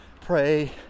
pray